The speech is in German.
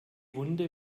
wunde